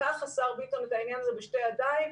לקח השר ביטון על העניין הזה בשתי ידיים.